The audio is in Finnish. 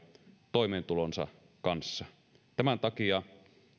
toimeentulonsa kanssa tämän takia